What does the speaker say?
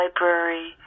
library